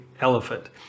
elephant